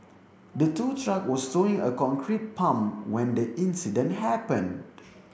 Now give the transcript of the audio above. the tow truck was towing a concrete pump when the incident happened